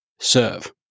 serve